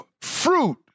fruit